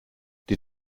die